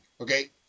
okay